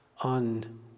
on